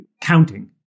counting